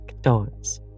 dots